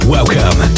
Welcome